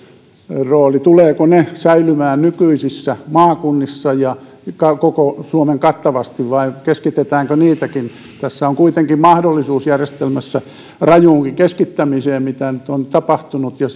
rooli tulevatko ne säilymään nykyisissä maakunnissa ja koko suomen kattavasti vai keskitetäänkö niitäkin tässä järjestelmässä on kuitenkin mahdollisuus rajuunkin keskittämiseen mitä nyt on tapahtunut ja